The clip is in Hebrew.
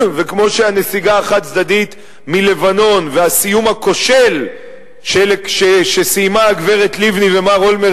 וכמו שהנסיגה החד-צדדית מלבנון והסיום הכושל של הגברת לבני ומר אולמרט